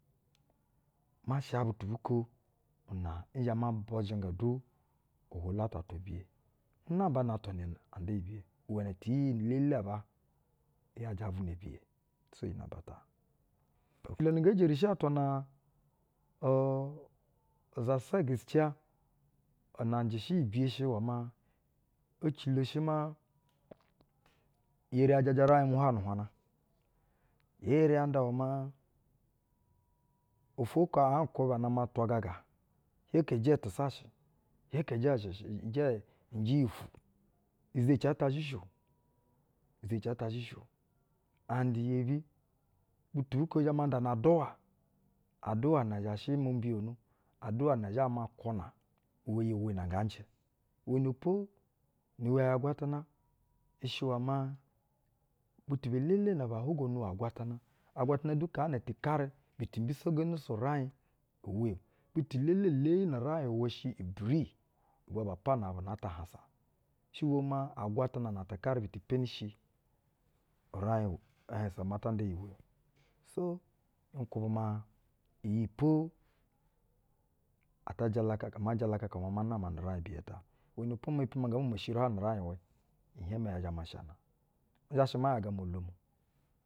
Ma sha butu bu ko una nzhɛ ma bizhɛƞga du ohwolu ata atwa biye. Nnamba na atwa, mɛ anda iyi biye iwɛnɛ ti-iyi-elele aba ‘yajɛ. Avwuna biye-so, iyi namba ta. Ecilo na nge jerishi atwa n aur uzasa geskiya, una njɛ shɛ iyi biye shɛ iwɛ maa, ecilo shɛ maa, i eri ya jaja uraiƞ hwayɛ nu-uhwaƞna. Yee eri ya nda iwɛ maa ofwo oko aƞ kwubɛ ana ma twagaga, hioko ijɛ tɛsashɛ, hioko ijɛ zhɛ, ijɛ njɛ iyi ufwu. Izeci ata zhɛshɛ o, izeci ata zhɛshɛ o. and yeebi, butu bu ko zhɛ ma ndana aduwa, aduwa na zha shɛ mo mbiyano, aduwa na zhɛ ma nkwuna, iwɛ iyi-iwɛ nɛ nga njɛ. Iwɛnɛ po, ni-iwɛ ya-agwatana i shɛ iwɛ maa, butu be-elele na ba hwuga-unu wa agwatana, agwatana du ka ana tɛ karɛ bu tɛ mbisogono su uraiƞ uwɛ. Butu elele leyi nu uraiƞ uwɛ shɛ ibiri ubwa bap ana ana ata ahansa. shɛ bwo ma agwatana na tɛ karɛ bi ti penis hi uraiƞ o ahansa maa ta nda iyi iwɛ o. so, nkwubɛ maa iyi po ata jalakaka, ama jalakaka maa ma nama nu uraiƞubiye ta. iwɛnɛ po mepi maa nge meme sheyini nu uraiƞ uwɛ, ihɛƞnɛ yvɛ zhɛ ma nhana. Nzha shɛ ma ‘yaga amɛ-olom.